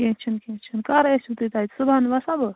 کیٚنٛہہ چھُنہٕ کیٚنٛہہ چھُنہٕ کَر ٲسِو تُہۍ تَتہِ صُبحَن وَسا بہٕ